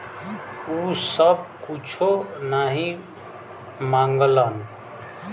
उ सब कुच्छो नाही माँगलन